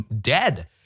dead